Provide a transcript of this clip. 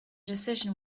decision